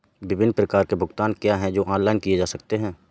विभिन्न प्रकार के भुगतान क्या हैं जो ऑनलाइन किए जा सकते हैं?